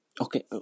okay